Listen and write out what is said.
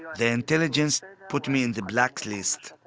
the intelligence put me in the blacklist,